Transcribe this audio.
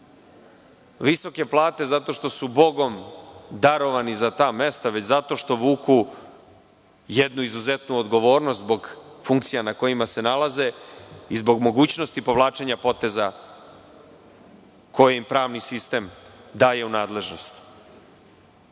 visoke plate zato što su bogom darovani za ta mesta, već zato što vuku jednu izuzetnu odgovornost zbog funkcija na kojima se nalaze, i zbog mogućnosti povlačenja poteza koji im pravni sistem daje u nadležnost. Daću